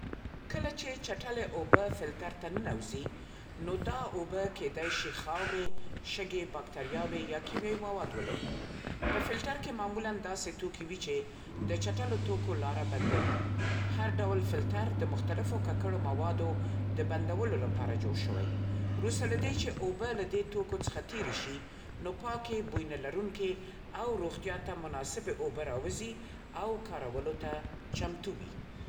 کله چې چټلې اوبه فلټر ته ننوزي، نو دا اوبه کېدای شي خاورې، شګې، باکتریاوې، یا کیمیاوي مواد ولري. په فلټر کې معمولا داسې توکي وي چې د چټلو توکو لاره بندوي. هر ډول فلټر د مختلفو ککړو موادو د بندولو لپاره جوړ شوی. وروسته له دې چې اوبه له دې توکو څخه تېرې شي، نو پاکې، بوی‌نه‌لرونکې او روغتیا ته مناسبې اوبه راوځي، او کارولو ته چمتو وي.